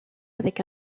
avec